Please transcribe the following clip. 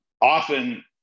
Often